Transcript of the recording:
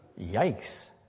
Yikes